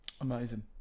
Amazing